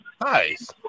Nice